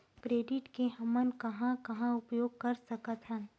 Credit के हमन कहां कहा उपयोग कर सकत हन?